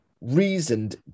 reasoned